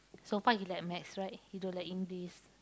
so far he like math right he don't like English